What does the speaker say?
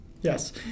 Yes